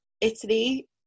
Italy